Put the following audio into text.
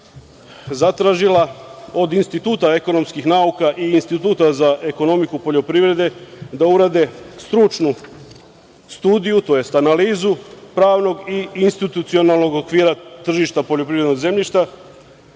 zatražila od Instituta ekonomskih nauka i Instituta za ekonomiku poljoprivrede da urade stručnu studiju, tj. analizu pravnog i institucionalnog okvira tržišta poljoprivrednog zemljišta,